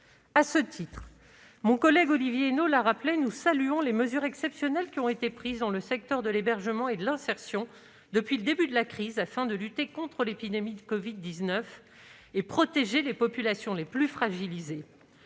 indiqué mon collègue Olivier Henno, nous saluons les mesures exceptionnelles qui ont été prises dans le secteur de l'hébergement depuis le début de la crise, afin de lutter contre l'épidémie et de protéger les populations les plus fragilisées